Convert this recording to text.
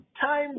time